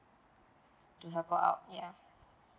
to help her out ya